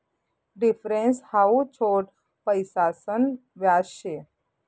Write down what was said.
difference हाऊ छोट पैसासन व्याज शे